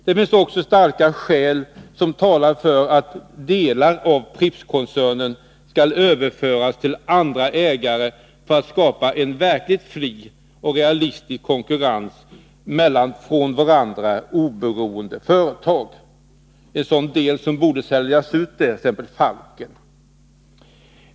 Det finns också starka skäl som talar för att delar av Prippskoncernen skall överföras till andra ägare för att man skall kunna skapa en verkligt fri och realistisk konkurrens mellan av varandra oberoende företag. En sådan del som borde säljas ut är t.ex. Falken.